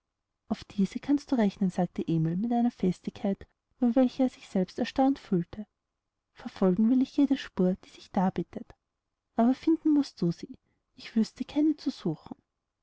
auf diese kannst du rechnen sagte emil mit einer festigkeit über welche er selbst erstaunt fühlte verfolgen will ich jede spur die sich darbietet aber finden mußt du sie ich wüßte keine zu suchen